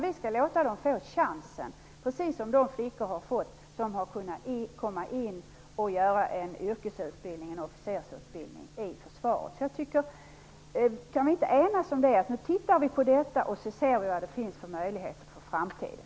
Vi skall låta dem få chansen, precis som de flickor har fått som har kunnat genomgå en officersutbildning i Försvaret. Vi borde kunna enas kring att vi skall titta på detta och se vad det finns för möjligheter för framtiden.